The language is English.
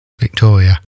Victoria